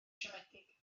siomedig